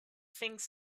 things